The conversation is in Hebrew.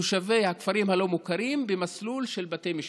תושבי הכפרים הלא-מוכרים למסלול של בתי משפט,